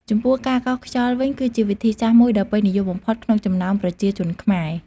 ចំពោះការកោសខ្យល់វិញ គឺជាវិធីសាស្ត្រមួយដ៏ពេញនិយមបំផុតក្នុងចំណោមប្រជាជនខ្មែរ។